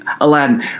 Aladdin